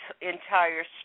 entire